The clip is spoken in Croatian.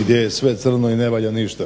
gdje je sve crno i ne valja ništa.